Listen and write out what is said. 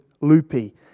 loopy